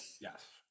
yes